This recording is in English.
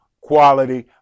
quality